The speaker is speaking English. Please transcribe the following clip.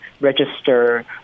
register